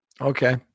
Okay